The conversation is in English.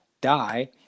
die